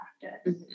practice